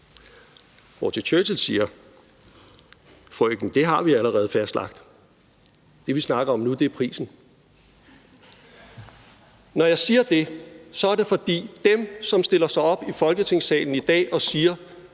siger Churchill: Frøken, det har vi allerede fastlagt; det, vi snakker om nu, er prisen. Kl. 11:53 Når jeg nævner det, er det for dem, der stiller sig op i Folketingssalen i dag og siger,